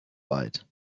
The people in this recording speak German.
weit